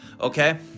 okay